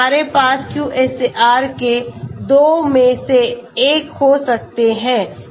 तो हमारे पास QSAR के दो में से एक हो सकता है